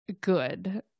good